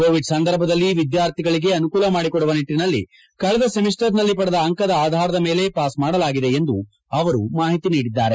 Covid ಸಂದರ್ಭದಲ್ಲಿ ವಿದ್ಯಾರ್ಥಿಗಳಿಗೆ ಅನುಕೂಲ ಮಾಡಿಕೊಡುವ ನಿಟ್ಟನಲ್ಲಿ ಕಳೆದ ಸೆಮಿಸ್ಟರ್ ಗಳಲ್ಲಿ ಪಡೆದ ಅಂಕದ ಆಧಾರದ ಮೇಲೆ ಪಾಸ್ ಮಾಡಲಾಗಿದೆ ಎಂದು ಅವರು ಮಾಹಿತಿ ನೀಡಿದ್ದಾರೆ